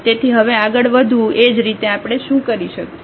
તેથી હવે આગળ વધવું એ જ રીતે આપણે શું કરી શકીએ